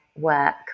work